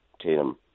tatum